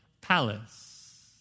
palace